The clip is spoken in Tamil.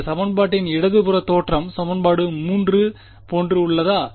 இந்த சமன்பாட்டின் இடது புற தோற்றம் சமன்பாடு 3 போன்று உள்ளதா